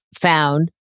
found